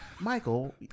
Michael